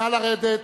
נא לרדת.